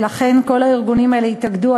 ולכן כל הארגונים האלה התאגדו.